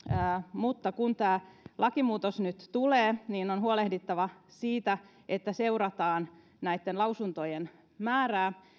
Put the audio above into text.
mutta kun tämä lakimuutos nyt tulee niin on huolehdittava siitä että seurataan näitten lausuntojen määrää